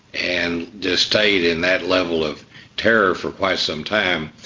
and just stayed in that level of terror for quite some time.